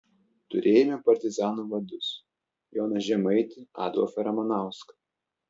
turėjome partizanų vadus joną žemaitį adolfą ramanauską